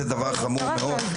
זה דבר חמור מאוד.